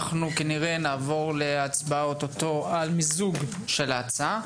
אנחנו כנראה עוד מעט נעבור להצבעה על מיזוג שתי ההצעות.